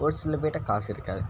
ஒரு சிலபேர்ட்ட காசு இருக்காது